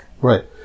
Right